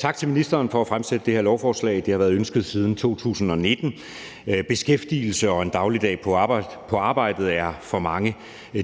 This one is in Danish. Tak til ministeren for at fremsætte det her lovforslag. Det har været ønsket siden 2019. Beskæftigelse og en dagligdag på arbejdet er for mange